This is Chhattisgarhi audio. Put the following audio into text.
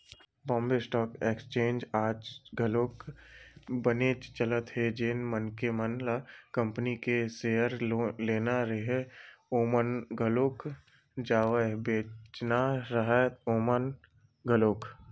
बॉम्बे स्टॉक एक्सचेंज आज घलोक बनेच चलत हे जेन मनखे मन ल कंपनी के सेयर लेना राहय ओमन घलोक जावय बेंचना राहय ओमन घलोक